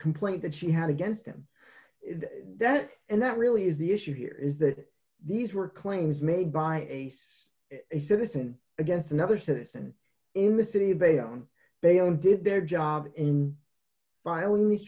complained that she had against him that and that really is the issue here is that these were claims made by a citizen against another citizen in the city they own they own did their job in filing these